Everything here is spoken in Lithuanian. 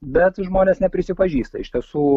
bet žmonės neprisipažįsta iš tiesų